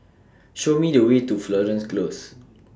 Show Me The Way to Florence Close